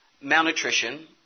malnutrition